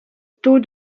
taux